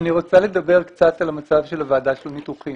אני רוצה לדבר קצת על המצב של הוועדה של הניתוחים.